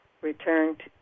returned